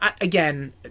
Again